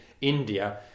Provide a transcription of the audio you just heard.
India